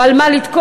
או על מה לתקוף,